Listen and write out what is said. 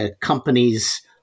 companies